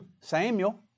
Samuel